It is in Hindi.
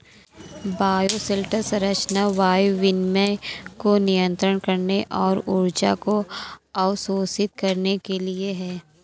बायोशेल्टर संरचना वायु विनिमय को नियंत्रित करने और ऊर्जा को अवशोषित करने के लिए है